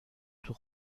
توی